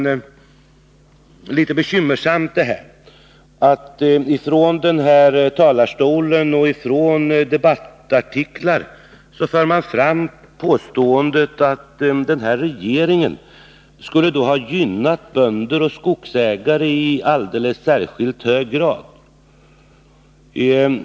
Det är litet bekymmersamt att det från denna talarstol och i debattartiklar förs fram påståenden om att den sittande regeringen skulle ha gynnat bönder och skogsägare i alldeles särskilt hög grad.